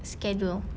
schedule